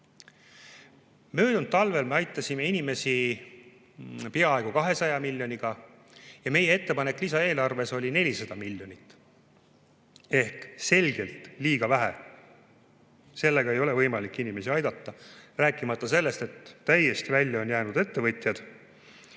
Möödunud talvel me aitasime inimesi peaaegu 200 miljoniga ja meie ettepanek lisaeelarve kohta oli 400 miljonit. Ehk [siin eelnõus on] selgelt liiga vähe. Sellega ei ole võimalik inimesi aidata, rääkimata sellest, et täiesti välja on jäänud ettevõtjad,